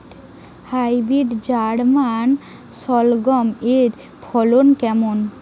Hybrid German শালগম এর ফলন কেমন?